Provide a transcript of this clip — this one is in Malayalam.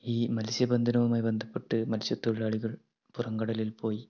ഈ മത്സ്യബന്ധനവുമായി ബന്ധപ്പെട്ട് മത്സ്യ തൊഴിലാളികൾ പുറം കടലിൽ പോയി